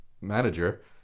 manager